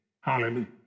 Hallelujah